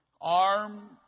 Arm